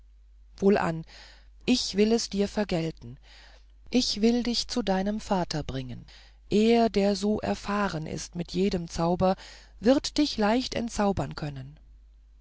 wohlan ich will es dir vergelten ich will dich zu deinem vater bringen er der so erfahren ist in jedem zauber wird dich leicht entzaubern können